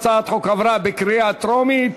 הצעת החוק עברה בקריאה טרומית